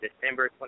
December